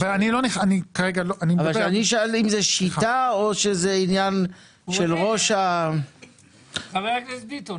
אני שאלתי אם זה שיטה או שזה עניין של ראש ה --- חבר הכנסת ביטון,